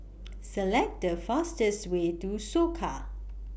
Select The fastest Way to Soka